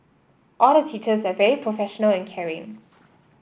all the teachers are very professional and caring